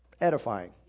edifying